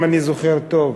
אם אני זוכר טוב,